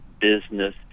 business